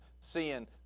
seeing